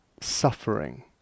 suffering